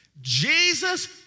Jesus